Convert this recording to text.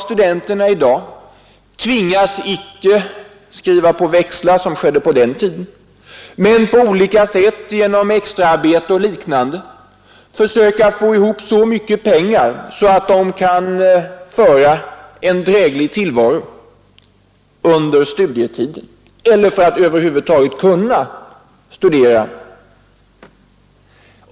Studenterna i dag behöver icke skriva på växlar som på den tiden men måste på olika sätt — genom extraarbete och liknande — försöka få ihop så mycket pengar att de kan föra en dräglig tillvaro under studietiden eller för att över huvud taget kunna studera.